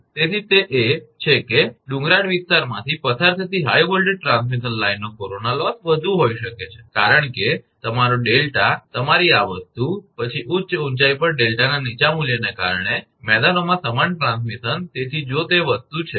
તેથી તે એ છે કે ડુંગરાળ વિસ્તારમાંથી પસાર થતી હાઇ વોલ્ટેજ ટ્રાન્સમિશન લાઇનનો કોરોના લોસ વધુ હોઈ શકે છે કારણ કે તમારો ડેલ્ટા તમારી આ વસ્તુ પછી ઉચ્ચ ઊંચાઇ પર ડેલ્ટાના નીચા મૂલ્યને કારણે મેદાનોમાં સમાન ટ્રાન્સમિશન તેથી જો તે વસ્તુ છે